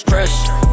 Pressure